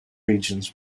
regions